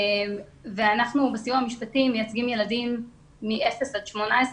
אנחנו בסיוע המשפטי מייצגים ילדים מגיל אפס עד 18,